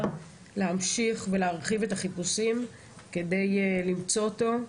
להמשיך ולהרחיב את החיפושים כדי למצוא אותו.